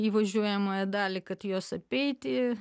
į važiuojamąją dalį kad juos apeiti